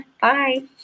Bye